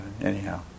anyhow